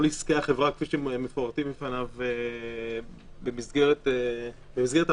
עסקי החברה כפי שמפורטים בפניו במסגרת הבקשה,